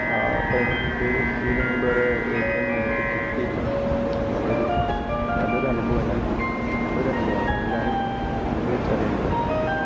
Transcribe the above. ആ ടൈമിന് കിട്ടിയൊരു ഫീല് വേറെ ഏതിനും എനിക്ക് കിട്ടിയിട്ടില്ല നല്ലൊരു നല്ലൊരു അനുഭവം തന്നെയാണ് അത് നല്ലൊരു അനുഭവമാണെന്ന് അനുഭവിച്ചറിയേണ്ടത് തന്നെയാണ്